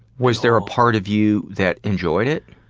was there a part of you that enjoyed it?